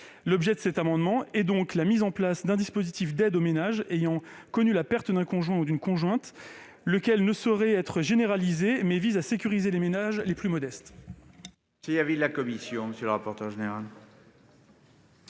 L'objet de cet amendement est donc la mise en place d'un dispositif d'aide aux ménages ayant connu la perte d'un conjoint ou d'une conjointe. Cette mesure ne saurait être généralisée : son objectif est de sécuriser les ménages les plus modestes.